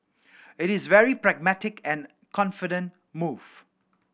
it is very pragmatic and confident move